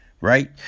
Right